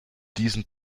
diesen